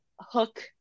hook